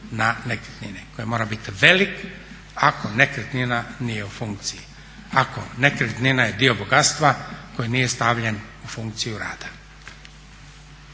na nekretnine koji mora biti velik ako nekretnina nije u funkciji, ako nekretnina je dio bogatstva koji nije stavljen u funkciju rada.